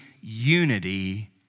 unity